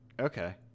okay